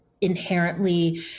inherently